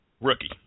Rookie